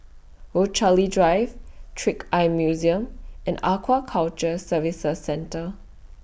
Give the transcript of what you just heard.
Rochalie Drive Trick Eye Museum and Aquaculture Services Centre